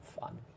fun